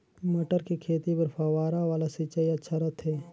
मटर के खेती बर फव्वारा वाला सिंचाई अच्छा रथे?